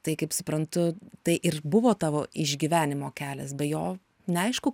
tai kaip suprantu tai ir buvo tavo išgyvenimo kelias be jo neaišku